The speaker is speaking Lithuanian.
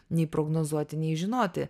nei prognozuoti nei žinoti